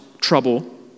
trouble